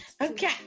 Okay